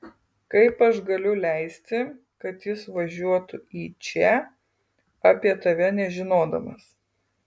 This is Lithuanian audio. kaip aš galiu leisti kad jis važiuotų į čia apie tave nežinodamas